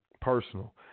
personal